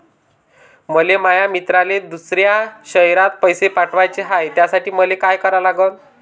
मले माया मित्राले दुसऱ्या शयरात पैसे पाठवाचे हाय, त्यासाठी मले का करा लागन?